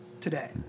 today